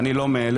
אני לא מאלה.